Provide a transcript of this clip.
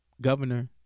governor